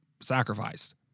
sacrificed